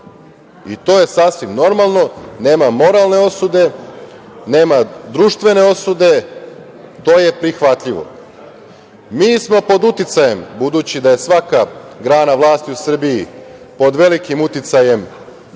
i to je sasvim normalno, nema moralne osude, nema društvene osude, to je prihvatljivo. Mi smo pod uticajem, budući da je svaka grana vlasti u Srbiji pod velikim uticajem